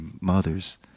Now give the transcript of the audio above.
mothers